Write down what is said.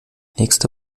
nächste